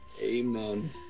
Amen